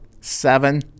seven